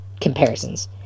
comparisons